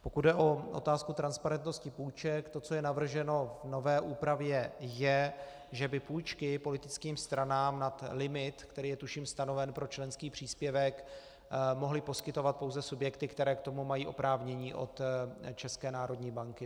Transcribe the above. Pokud jde o otázku transparentnosti půjček, to, co je navrženo v nové úpravě je, že by půjčky politickým stranám nad limit, který je tuším stanoven pro členský příspěvek, mohly poskytovat pouze subjekty, které k tomu mají oprávnění od České národní banky.